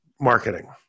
marketing